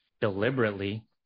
deliberately